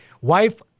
wife